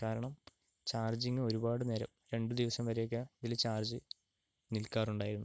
കാരണം ചാർജിങ്ങ് ഒരുപാട് നേരം രണ്ടു ദിവസം വരെയൊക്കെ ഇതിൽ ചാർജ് നിൽക്കാറുണ്ടായിരുന്നു